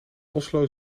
oslo